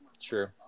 True